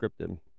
scripted